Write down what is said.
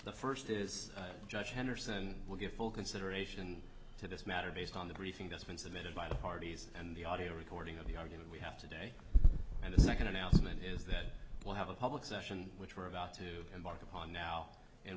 the first is judge henderson will give full consideration to this matter based on the briefing that's been submitted by the parties and the audio recording of the argument we have today and the second announcement is that we'll have a public session which we're about to embark upon now in